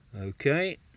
okay